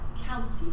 county